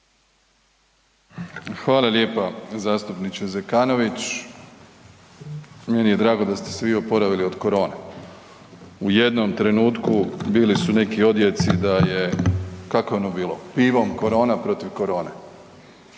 Hvala lijepa zastupniče Zekanović. Meni je drago da ste se vi oporavili od korone. U jednom trenutku bili su neki odjeci da je, kako je ono bilo „pivom korona protiv korone“